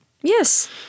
yes